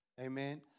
Amen